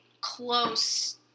close